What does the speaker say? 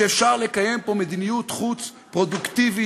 שאפשר לקיים פה מדיניות חוץ פרודוקטיבית,